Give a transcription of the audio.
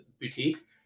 boutiques